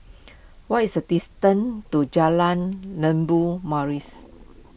what is a distance to Jalan Maris